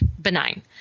benign